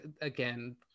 again